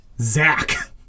zach